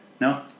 no